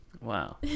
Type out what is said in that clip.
Wow